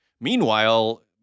Meanwhile